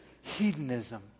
hedonism